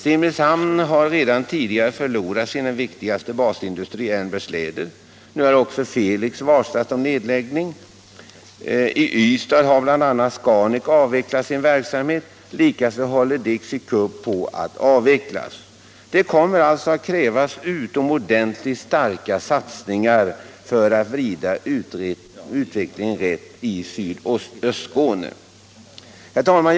Simrishamn har redan tidigare förlorat sin viktigaste basindustri, AB Ehrnberg Produkter. Nu har också AB Felix varslat om nedläggning. I Ystad har bl.a. Scanek avvecklat sin verksamhet, och AB Dixie Cup håller på att avvecklas. Det kommer alltså att krävas utomordentligt starka satsningar för att vrida utvecklingen rätt i sydöstra Skåne. Herr talman!